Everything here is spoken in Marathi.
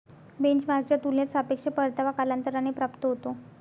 बेंचमार्कच्या तुलनेत सापेक्ष परतावा कालांतराने प्राप्त होतो